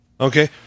Okay